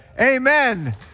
Amen